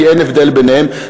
כי אין הבדל ביניהם.